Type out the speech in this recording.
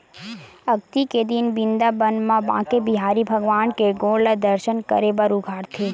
अक्ती के दिन बिंदाबन म बाके बिहारी भगवान के गोड़ ल दरसन करे बर उघारथे